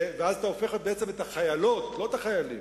ואז אתה הופך את החיילות, לא את החיילים,